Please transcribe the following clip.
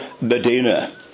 Medina